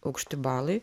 aukšti balai